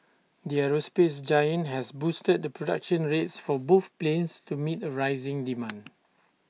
the aerospace giant has boosted the production rates for both planes to meet rising demand